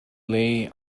lay